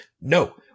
no